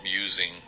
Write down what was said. using